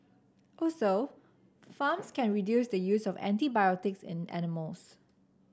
also farms can reduce the use of antibiotics in animals